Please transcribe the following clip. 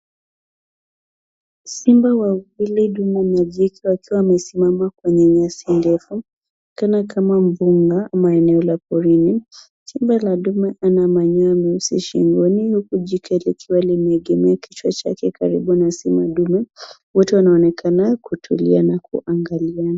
Simba wawili dume, na jike, wakiwa wamesimama kwenye nyasi ndefu, inaonekana kama mbunga, ama eneo la porini, simba la dume ana manyonya meusi shingoni, huku jike likiwa limeegemea kichwa chake karibu na simba dume, wote wanaonekana kutulia, na kuangaliana.